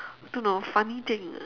don't know funny thing